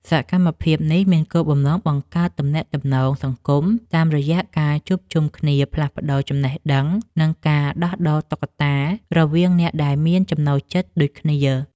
សកម្មភាពនេះមានគោលបំណងបង្កើតទំនាក់ទំនងសង្គម តាមរយៈការជួបជុំគ្នាផ្លាស់ប្តូរចំណេះដឹង និងការដោះដូរតុក្កតារវាងអ្នកដែលមានចំណូលចិត្តដូចគ្នា។